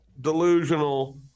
delusional